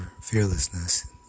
fearlessness